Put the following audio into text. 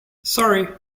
sorry